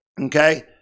okay